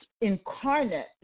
incarnate